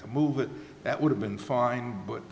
to move it that would have been fine but